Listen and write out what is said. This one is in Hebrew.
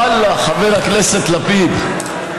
ואללה, חבר הכנסת לפיד.